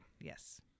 Yes